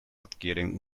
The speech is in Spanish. adquieren